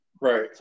Right